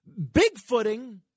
bigfooting